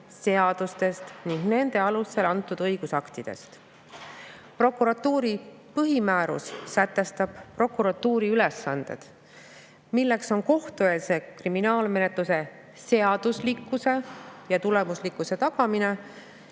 seadustest ning nende alusel antud õigusaktidest. Prokuratuuri põhimäärus sätestab prokuratuuri ülesanded, milleks on kohtueelse kriminaalmenetluse seaduslikkuse ja tulemuslikkuse tagamine